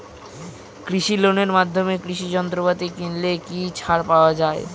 কৃষি লোনের মাধ্যমে কৃষি যন্ত্রপাতি কিনলে কি ছাড় পাওয়া যায়?